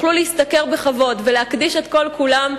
שיוכלו להשתכר בכבוד ולהקדיש את כל-כולם,